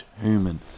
human